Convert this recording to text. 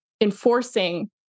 enforcing